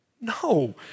No